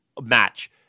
match